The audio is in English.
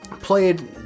played